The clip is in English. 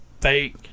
fake